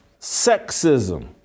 sexism